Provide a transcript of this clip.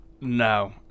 No